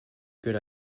good